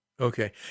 Okay